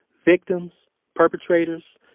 victims perpetrators.